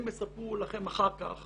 הם יספרו לכם אחר כך